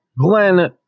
Glenn